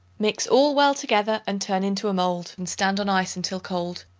mix all well together and turn into a mold and stand on ice until cold.